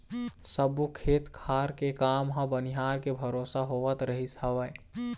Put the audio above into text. सब्बो खेत खार के काम ह बनिहार के भरोसा होवत रहिस हवय